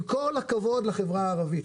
עם כל הכבוד לחברה הערבית,